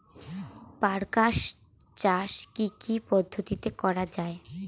কার্পাস চাষ কী কী পদ্ধতিতে করা য়ায়?